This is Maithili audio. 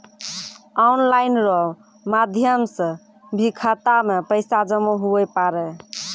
ऑनलाइन रो माध्यम से भी खाता मे पैसा जमा हुवै पारै